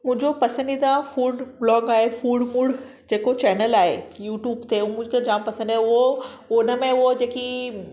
मुंहिंजो पसंदीदा food blog आहे फुड फुड जेको चैनल आहे यूट्युब ते उ मूंखे जामु पसंदि आहे उहो उनमें उहा जेकी